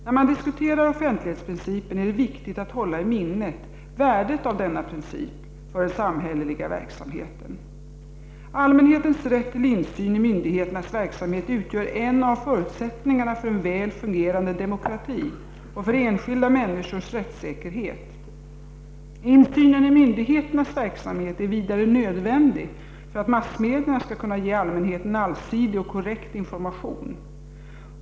När man diskuterar offentlighetsprincipen är det viktigt att hålla i minnet värdet av denna princip för den samhälleliga verksamheten. Allmänhetens rätt till insyn i myndigheternas verksamhet utgör en av förutsättningarna för en väl fungerande demokrati och för enskilda människors rättssäkerhet. Insynen i myndigheternas verksamhet är vidare nödvändig för att massmedierna skall kunna ge allmänheten allsidig och korrekt information.